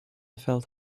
felt